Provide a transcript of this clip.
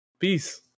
Peace